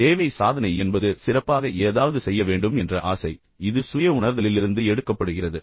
தேவை சாதனை என்பது சிறப்பாக ஏதாவது செய்ய வேண்டும் என்ற ஆசை இது சுய உணர்தலிலிருந்து எடுக்கப்படுகிறது